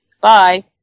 bye